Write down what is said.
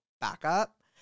backup